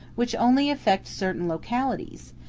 which only affect certain localities,